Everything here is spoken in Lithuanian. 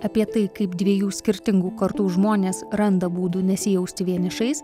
apie tai kaip dviejų skirtingų kartų žmonės randa būdų nesijausti vienišais